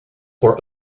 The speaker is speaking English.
for